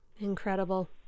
incredible